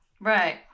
Right